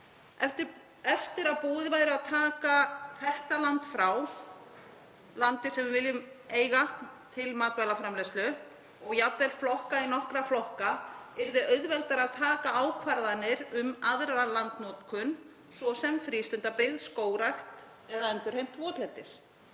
Eftir að búið væri að taka þetta land frá, landið sem við viljum eiga til matvælaframleiðslu, og jafnvel flokka í nokkra flokka yrði auðveldara að taka ákvarðanir um aðra landnotkun, svo sem frístundabyggð, skógrækt eða endurheimt votlendis.